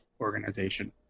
organization